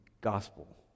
gospel